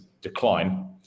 decline